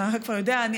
אתה כבר יודע,